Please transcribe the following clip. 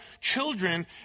children